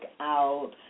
out